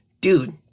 dude